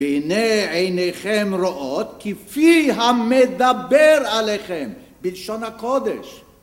והנה עיניכם רואות כפי המדבר עליכם, בלשון הקודש.